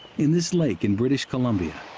in this lake, in british columbia,